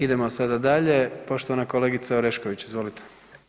Idemo sada dalje, poštovana kolegica Orešković, izvolite.